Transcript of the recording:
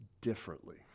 differently